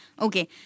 Okay